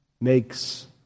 makes